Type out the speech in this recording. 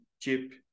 cheap